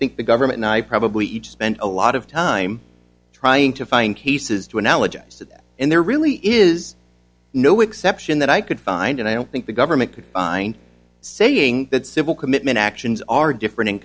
think the government ny probably each spent a lot of time trying to find cases to analogize and there really is no exception that i could find and i don't think the government could saying that civil commitment actions are different